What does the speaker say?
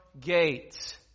gate